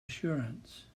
assurance